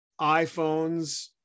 iPhones